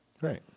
right